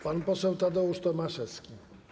Pan poseł Tadeusz Tomaszewski.